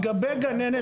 לגבי גננת